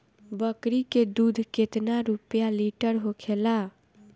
बकड़ी के दूध केतना रुपया लीटर होखेला?